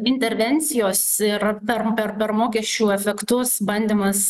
intervencijos ir per per per mokesčių efektus bandymas